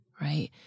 Right